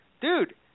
dude